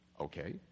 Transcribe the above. Okay